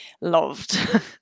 loved